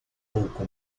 pouco